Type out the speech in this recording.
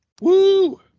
Woo